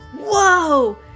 Whoa